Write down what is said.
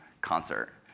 Concert